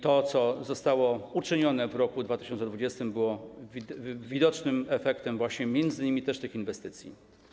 To, co zostało uczynione w roku 2020, było widocznym efektem właśnie m.in. tych inwestycji.